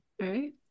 right